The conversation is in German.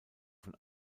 von